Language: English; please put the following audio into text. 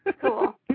Cool